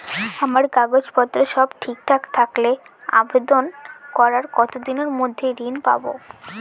আমার কাগজ পত্র সব ঠিকঠাক থাকলে আবেদন করার কতদিনের মধ্যে ঋণ পাব?